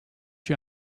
you